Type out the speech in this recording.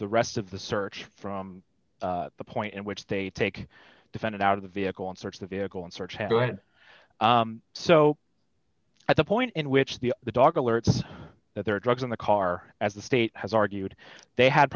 the rest of the search from the point in which they take defended out of the vehicle and search the vehicle and search through it so at the point in which the the dog alerts that there are drugs in the car as the state has argued they had